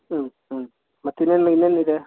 ಹ್ಞೂ ಹ್ಞೂ ಮತ್ತು ಇನ್ನೇನು ಇನ್ನೇನಿದೆ